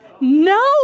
No